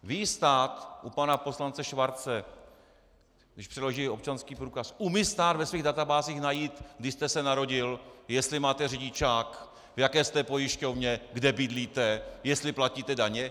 Ví stát u pana poslance Schwarze, když předloží občanský průkaz, umí stát ve svých databázích najít, kdy jste se narodil, jestli máte řidičák, v jaké jste pojišťovně, kde bydlíte, jestli platíte daně?